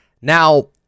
Now